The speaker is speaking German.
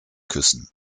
küssen